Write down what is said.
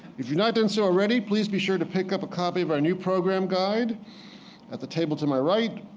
if you're not done so already, please be sure to pick up a copy of our new program guide at the table to my right,